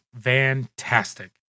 fantastic